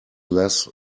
less